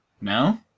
No